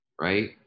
right